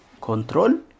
Control